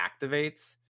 activates